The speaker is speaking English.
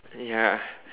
ya